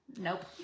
Nope